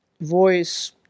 voice